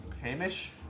Hamish